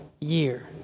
year